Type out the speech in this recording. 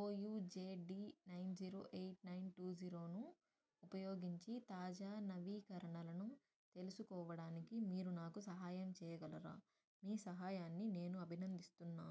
OUJD nine zero eight nine two జీరోను ఉపయోగించి తాజా నవీకరణలను తెలుసుకోవడానికి మీరు నాకు సహాయం చేయగలరా మీ సహాయాన్ని నేను అభినందిస్తున్నాను